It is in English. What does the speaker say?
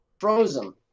Frozen